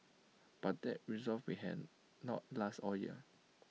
but that resolve may hand not last all year